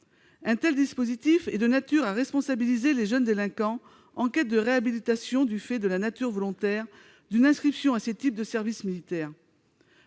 Un tel dispositif est de nature à responsabiliser les jeunes délinquants en quête de réhabilitation du fait de la nature volontaire d'une inscription à ces types de service militaire.